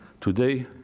today